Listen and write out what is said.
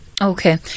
Okay